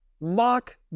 mock